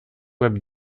web